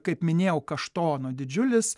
kaip minėjau kaštono didžiulis